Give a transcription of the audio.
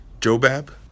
Jobab